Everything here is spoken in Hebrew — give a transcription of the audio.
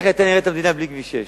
איך היתה נראית המדינה בלי כביש 6,